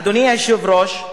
אדוני היושב-ראש,